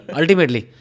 ultimately